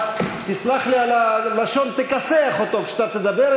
אז תסלח לי על הלשון: תכסח אותו כשתדבר,